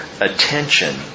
attention